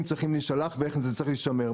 צריכים להישלח ואיך זה צריך להישמר.